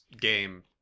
game